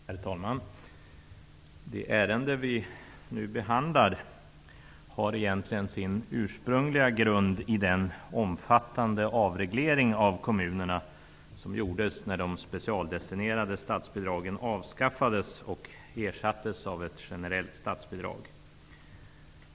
Herr talman! Det ärende vi nu behandlar har egentligen sin ursprungliga grund i den omfattande avreglering av kommunerna som gjordes när de specialdestinerade statsbidragen avskaffades och ersattes av ett generellt statsbidrag.